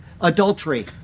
adultery